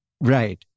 Right